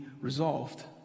resolved